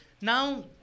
Now